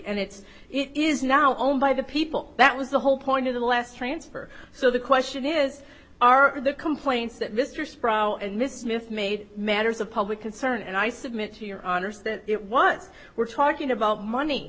and it is now owned by the people that was the whole point of the last transfer so the question is are the complaints that mr sprowl and mrs smith made matters of public concern and i submit to your honor's that it what we're talking about money